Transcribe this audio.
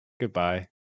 Goodbye